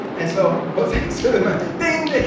and so jose sulaiman, ding,